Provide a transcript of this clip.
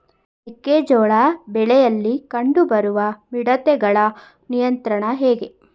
ಮೆಕ್ಕೆ ಜೋಳ ಬೆಳೆಯಲ್ಲಿ ಕಂಡು ಬರುವ ಮಿಡತೆಗಳ ನಿಯಂತ್ರಣ ಹೇಗೆ?